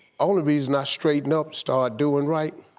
only reason i straightened up, started doin' right,